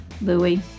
Louis